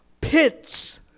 pits